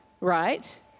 right